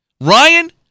Ryan